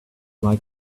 like